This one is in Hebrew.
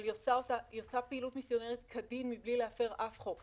היא עושה פעילות מסיונרית כדין בלי להפר אף חוק,